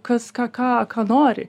kas ką ką ką nori